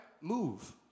move